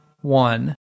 one